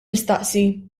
nistaqsi